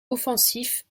offensif